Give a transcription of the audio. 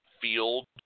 field